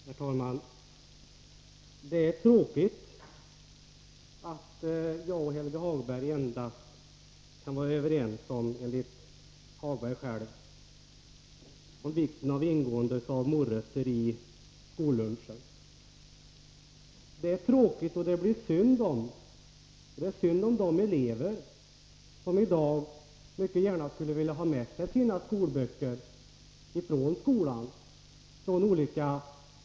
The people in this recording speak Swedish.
Herr talman! Det är tråkigt att Helge Hagberg och jag bara kan vara överens om — enligt vad han själv säger — vikten av att morötter ingår i skollunchen. Det är synd om de elever som i dag mycket gärna skulle vilja ha med sig de olika årskursernas skolböcker från skolan.